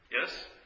Yes